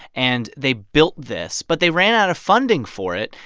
and they built this, but they ran out of funding for it.